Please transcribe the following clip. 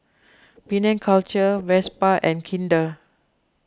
Penang Culture Vespa and Kinder